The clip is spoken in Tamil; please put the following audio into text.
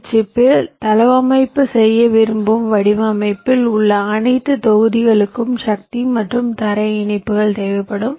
ஐ சிப்பில் தளவமைப்பு செய்ய விரும்பும் வடிவமைப்பில் உள்ள அனைத்து தொகுதிகளுக்கும் சக்தி மற்றும் தரை இணைப்புகள் தேவைப்படும்